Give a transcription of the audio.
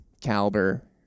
caliber